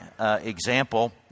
Example